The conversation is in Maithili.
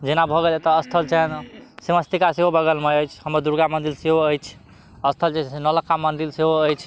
जेना भऽ गेल एतऽ स्थल छनि छिन्नमस्तिका सेहो बगलमे अछि हमर दुर्गा मन्दिर सेहो अछि स्थल जे छै से नौलक्खा मन्दिर सेहो अछि